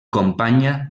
companya